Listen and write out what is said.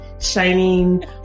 Shining